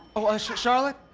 oh! charlotte,